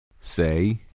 Say